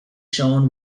shown